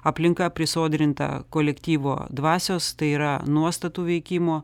aplinka prisodrinta kolektyvo dvasios tai yra nuostatų veikimo